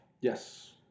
Yes